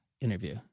interview